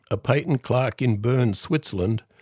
a patent clerk in berne, switzerland,